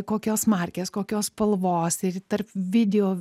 kokios markės kokios spalvos ir tarp video